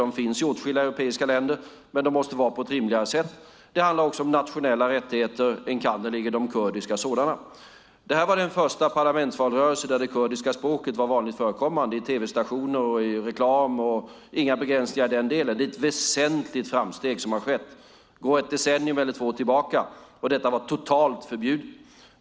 De finns i åtskilliga europeiska länder, men de måste vara på ett rimligare sätt. Det handlar också om nationella rättigheter, enkannerligen de kurdiska sådana. Det här var den första parlamentsvalrörelse där det kurdiska språket var vanligt förekommande på tv-stationer och i reklam. Det var inga begränsningar i den delen. Det är ett väsentligt framsteg som har skett. Gå ett decennium eller två tillbaka och detta var totalt förbjudet.